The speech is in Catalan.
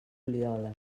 fuliola